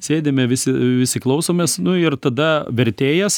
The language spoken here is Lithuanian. sėdime visi visi klausomės nu ir tada vertėjas